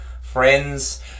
friends